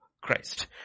Christ